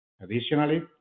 Additionally